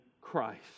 Christ